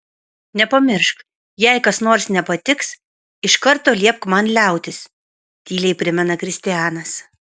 nepamiršk jei kas nors nepatiks iš karto liepk man liautis tyliai primena kristianas